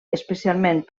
especialment